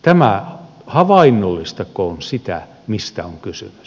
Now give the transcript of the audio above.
tämä havainnollistakoon sitä mistä on kysymys